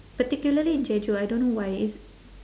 particularly jeju I don't know why it's